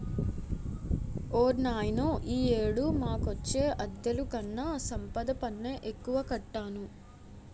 ఓర్నాయనో ఈ ఏడు మాకొచ్చే అద్దెలుకన్నా సంపద పన్నే ఎక్కువ కట్టాను